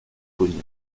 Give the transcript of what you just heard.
cognac